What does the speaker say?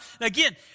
again